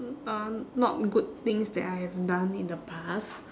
uh not good things that I have done in the past